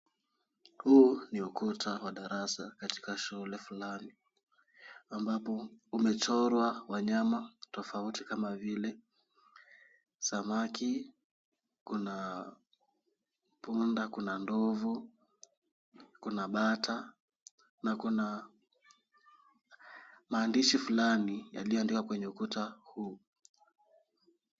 Huu ni ukuta wa darasa katika shule fulani. Ambapo umechorwa wanyama tofauti kama vile, samaki, kuna punda kuna ndovu. Kuna bata na kuna maandishi fulani, yaliyoandikwa kwenye ukuta huu.